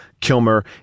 Kilmer